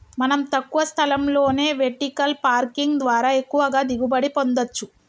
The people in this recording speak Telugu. మనం తక్కువ స్థలంలోనే వెర్టికల్ పార్కింగ్ ద్వారా ఎక్కువగా దిగుబడి పొందచ్చు